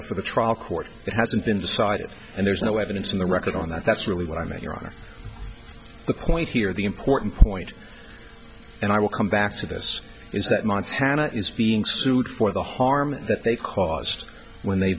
matter for the trial court that hasn't been decided and there's no evidence in the record on that that's really what i mean your honor the point here the important point and i will come back to this is that montana is being sued for the harm that they caused when they